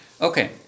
Okay